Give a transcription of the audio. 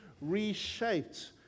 reshaped